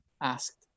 asked